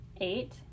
Eight